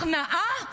הכנעה?